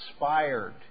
inspired